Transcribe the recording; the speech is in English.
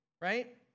Right